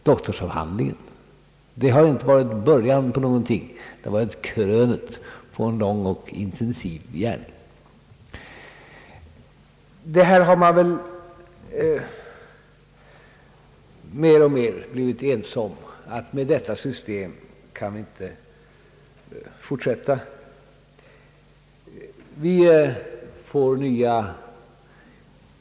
Doktorsavhandlingen har inte betytt början till någonting, utan den har varit krönet på en lång och intensiv gärning. Man har väl blivit mer och mer ense om att vi inte kan fortsätta med detta system.